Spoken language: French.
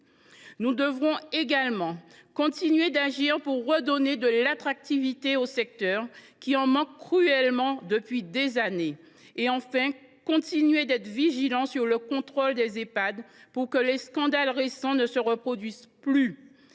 Nous devrons également continuer à agir pour redonner de l’attractivité au secteur, qui en manque cruellement depuis des années, et enfin continuer à être vigilants sur le contrôle des Ehpad, pour que les scandales récents ne se reproduisent plus.